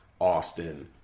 Austin